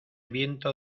viento